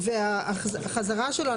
והחזרה שלו,